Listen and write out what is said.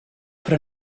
però